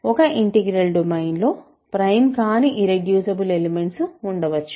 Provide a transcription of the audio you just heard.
ఒక integral domain లో prime కాని ఇర్రెడ్యూసిబుల్ ఎలిమెంట్స్ ఉండవచ్చు